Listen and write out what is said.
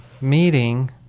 meeting